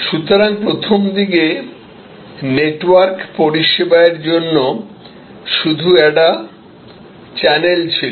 সুতরাং প্রথমদিকে নেটওয়ার্ক পরিষেবা সরবরাহের জন্য শুধু একটি চ্যানেল ছিল